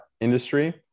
industry